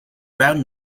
round